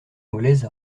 anglaise